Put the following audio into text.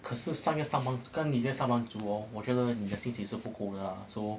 可是上个跟你是上班族我觉得你的薪水是不够的啊 so